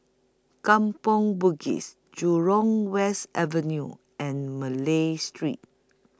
Kampong Bugis Jurong West Avenue and Malay Street